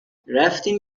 رفتیم